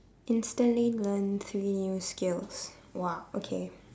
instantly learn three new skills !wah! okay